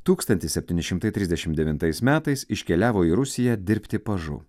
tūkstantis septyni šimtai trisdešim devintais metais iškeliavo į rusiją dirbti pažu